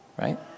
Right